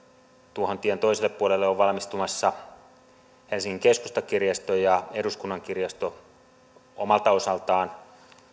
tuohon tien toiselle puolelle on valmistumassa helsingin keskustakirjasto ja eduskunnan kirjasto omalta osaltaan